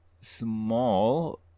small